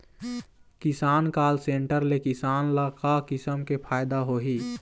किसान call centre ले किसान ल का किसम के फायदा होही?